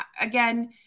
Again